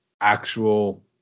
actual